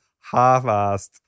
half-assed